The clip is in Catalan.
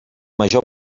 major